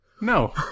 No